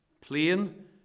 Plain